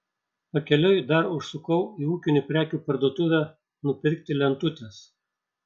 pakeliui dar užsukau į ūkinių prekių parduotuvę nupirkti lentutės